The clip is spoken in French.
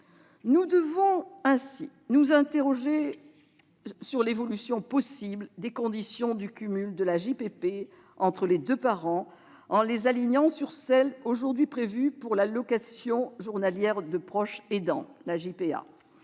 Nous devons ainsi nous interroger sur l'évolution possible des conditions de cumul de l'AJPP entre les deux parents, en les alignant sur celles qui sont aujourd'hui prévues pour l'allocation journalière du proche aidant (AJPA).